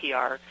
PR